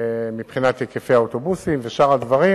מבחינת היקף האוטובוסים ושאר הדברים,